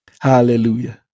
Hallelujah